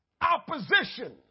opposition